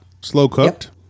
Slow-cooked